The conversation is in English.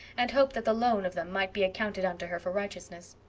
and hoped that the loan of them might be accounted unto her for righteousness.